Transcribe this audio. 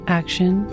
action